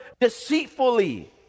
deceitfully